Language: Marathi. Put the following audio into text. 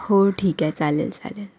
हो ठीक आहे चालेल चालेल